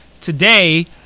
Today